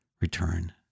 return